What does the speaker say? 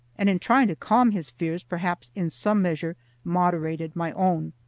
and in trying to calm his fears perhaps in some measure moderated my own.